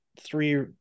three